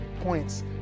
points